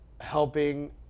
helping